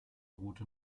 route